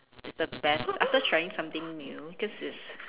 it's the best after trying something new cause it's